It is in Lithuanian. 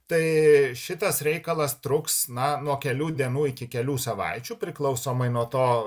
tai šitas reikalas truks na nuo kelių dienų iki kelių savaičių priklausomai nuo to